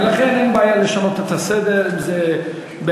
ולכן אין בעיה לשנות את הסדר אם זה בהסכמה.